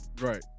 right